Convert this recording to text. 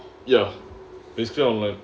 ya basically online